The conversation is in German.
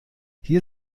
hier